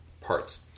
parts